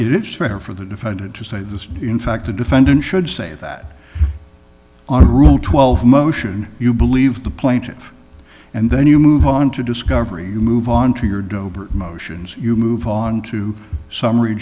it is fair for the defendant to say this in fact a defendant should say that a rule twelve motion you believe the plaintiff and then you move on to discovery you move on to your dobe or motions you move on to summary